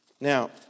Now